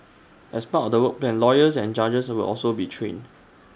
as part of the work plan lawyers and judges will also be trained